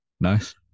Nice